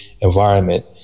environment